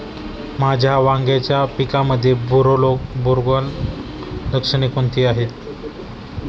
माझ्या वांग्याच्या पिकामध्ये बुरोगाल लक्षणे कोणती आहेत?